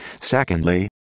Secondly